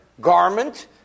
garment